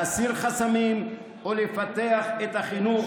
להסיר חסמים ולפתח את החינוך,